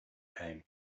came